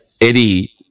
Eddie